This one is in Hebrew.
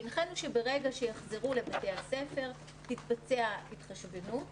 הנחינו שברגע שיחזרו לבתי הספר תתבצע התחשבנות,